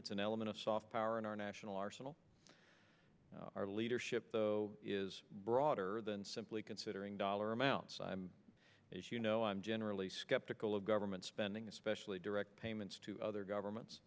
it's an element of soft power in our national arsenal our leadership though is broader than simply considering dollar amounts i'm as you know i'm generally skeptical of government spending especially direct payments to other governments